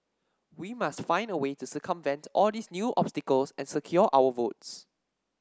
we must find a way to circumvent all these new obstacles and secure our votes